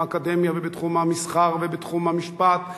האקדמיה ובתחום המסחר ובתחום המשפט וכדומה,